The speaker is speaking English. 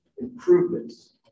improvements